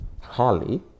Holly